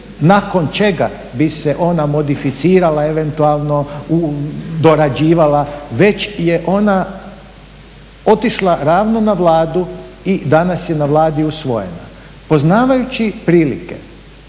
nakon čega bi se ona modificirala eventualno, dorađivala već je ona otišla ravno na Vladu i danas je na Vladi usvojena. Poznavajući prilike